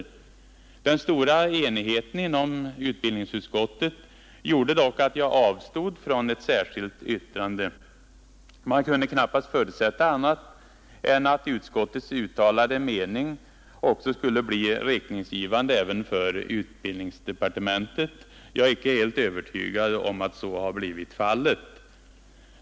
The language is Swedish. Den stora enigheten inom utbildningsutskottet gjorde dock att jag avstod från ett särskilt yttrande. Man kunde knappast förutsätta annat än att utskottets uttalade mening också skulle bli riktningsgivande för utbildningsdepartementet. Jag är icke helt övertygad om att så har blivit fallet.